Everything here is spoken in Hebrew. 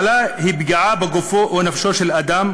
מחלה היא פגיעה בגופו או בנפשו של אדם